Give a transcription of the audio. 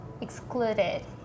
excluded